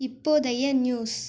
இப்போதைய நியூஸ்